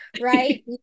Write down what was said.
right